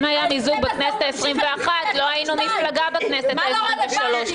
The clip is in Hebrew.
אם היה מיזוג בכנסת העשרים-ואחת לא היינו מפלגה בכנסת העשרים-ושלוש.